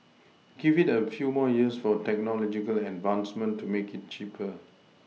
give it a few more years for technological advancement to make it cheaper